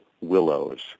Willows